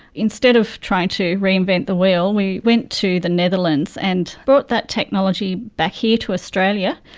instead of trying to reinvent the wheel we went to the netherlands and brought that technology back here to australia,